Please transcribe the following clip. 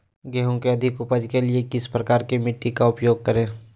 गेंहू की अधिक उपज के लिए किस प्रकार की मिट्टी का उपयोग करे?